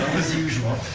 as usual,